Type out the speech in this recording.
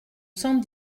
cent